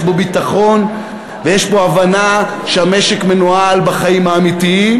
בו ביטחון ויש בו הבנה שהמשק מנוהל בחיים האמיתיים.